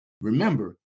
remember